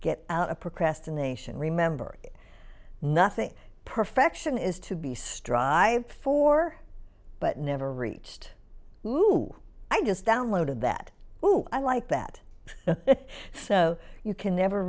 get out of procrastination remember nothing perfection is to be strived for but never reached who i just downloaded that who i like that so you can never